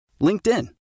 LinkedIn